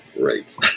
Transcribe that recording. great